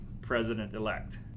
president-elect